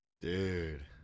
dude